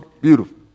Beautiful